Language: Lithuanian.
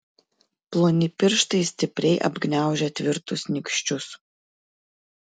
ploni pirštai stipriai apgniaužę tvirtus nykščius